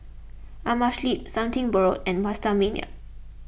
Amerisleep Something Borrowed and PastaMania